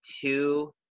two